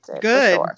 Good